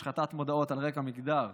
השחתת מודעות על רקע מגדר),